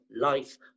life